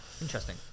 Interesting